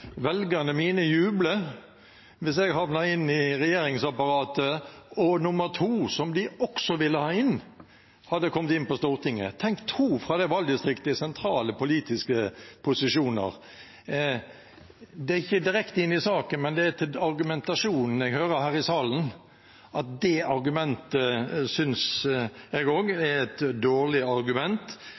velgerne mine jublet hvis jeg havnet i regjeringsapparatet, og hvis kandidat nummer to, som de også ville ha inn, hadde kommet inn på Stortinget. Tenkt to fra det valgdistriktet i sentrale politiske posisjoner! Dette er ikke direkte til saken, men det er til argumentasjonen jeg hører her i salen. Det argumentet synes også jeg er et dårlig argument.